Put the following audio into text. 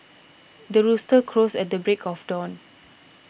the rooster crows at the break of dawn